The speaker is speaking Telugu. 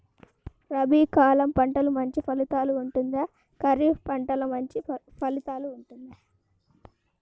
రబీ కాలం పంటలు మంచి ఫలితాలు ఉంటుందా? ఖరీఫ్ పంటలు మంచి ఫలితాలు ఉంటుందా?